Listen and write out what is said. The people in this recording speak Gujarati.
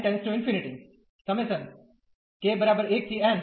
તેથી ઈન્ટિગ્રલ